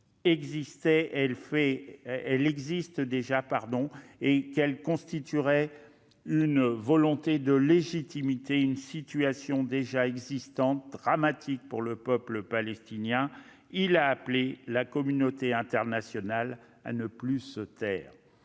existait déjà de fait et qu'elle ne constituait qu'une volonté de légitimer une situation déjà existante et dramatique pour le peuple palestinien. Il a appelé la communauté internationale « à ne plus se taire